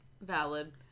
Valid